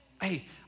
hey